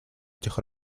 этих